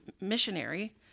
missionary